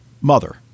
mother